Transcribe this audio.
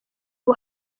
ubu